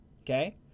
okay